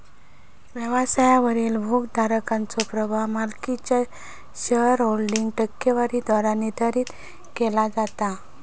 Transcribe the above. व्यवसायावरील भागोधारकाचो प्रभाव मालकीच्यो शेअरहोल्डिंग टक्केवारीद्वारा निर्धारित केला जाता